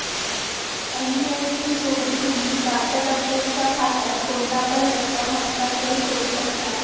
NEFT सोबत, तुम्ही प्राप्तकर्त्याच्यो खात्यात कोणतापण रक्कम हस्तांतरित करू शकता